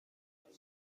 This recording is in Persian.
گریل